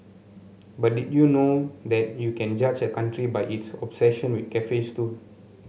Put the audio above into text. but did you know that you can judge a country by its obsession with cafes too